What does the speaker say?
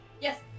Yes